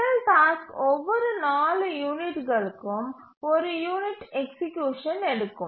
முதல் டாஸ்க் ஒவ்வொரு 4 யூனிட்டுகளுக்கும் 1 யூனிட் எக்சீக்யூசன் எடுக்கும்